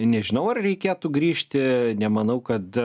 nežinau ar reikėtų grįžti nemanau kad